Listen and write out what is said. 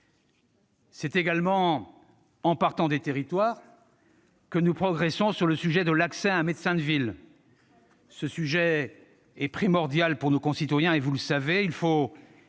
C'est également en partant des territoires que nous progresserons sur le sujet de l'accès à un médecin de ville. Ce sujet est primordial pour nos concitoyens, vous le savez. « Il faut évidemment